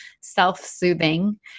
self-soothing